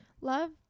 Love